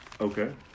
Okay